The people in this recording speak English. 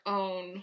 own